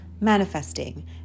manifesting